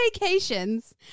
vacations